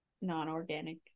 non-organic